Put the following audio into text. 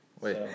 Wait